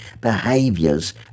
behaviors